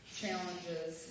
challenges